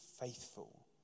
faithful